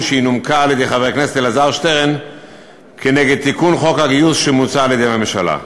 שנומק על-ידי חבר הכנסת אלעזר שטרן נגד חוק הגיוס שמוצע על-ידי הממשלה.